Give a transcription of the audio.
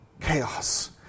chaos